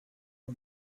for